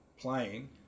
playing